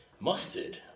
Mustard